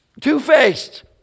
two-faced